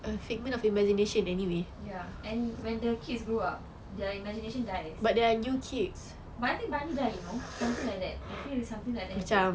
ya and when their kids grew up their imagination dies but I think barney die you know something like that I feel something like that happen